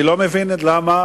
אני לא מבין למה